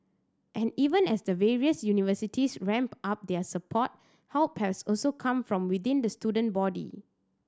and even as the various universities ramp up their support help has also come from within the student body